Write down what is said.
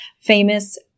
famous